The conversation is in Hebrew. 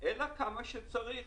אלא כמה שצריך.